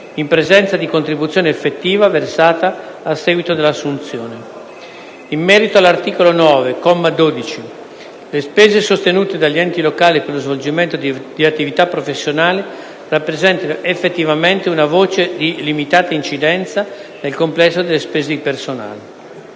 in presenza di contribuzione effettiva versata a seguito dell’assunzione; – in merito all’articolo 9, comma 12, le spese sostenute dagli enti locali per lo svolgimento di attivitasociali rappresentino effettivamente una voce di limitata incidenza nel complesso delle spese di personale;